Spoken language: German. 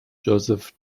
joseph